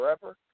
forever